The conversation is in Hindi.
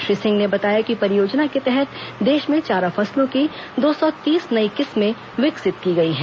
श्री सिंह र्ने बताया कि परियोजना के तहत देश में चारा फसलों की दो सौ तीस नई किस्में विकसित की गई हैं